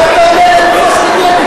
אני עונה לגופו של עניין.